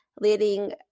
leading